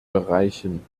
bereichen